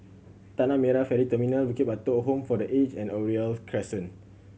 Tanah Merah Ferry Terminal Bukit Batok Home for The Aged and Oriole Crescent